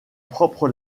propre